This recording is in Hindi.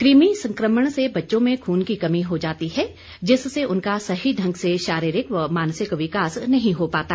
कृमि संकमण से बच्चों में खून की कमी हो जाती है जिससे उनका सही ढंग से शारीरिक व मानसिक विकास नहीं हो पाता